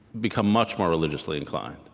become much more religiously inclined.